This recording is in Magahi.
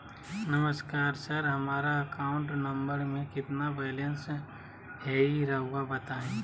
नमस्कार सर हमरा अकाउंट नंबर में कितना बैलेंस हेई राहुर बताई?